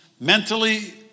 mentally